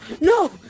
No